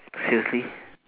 seriously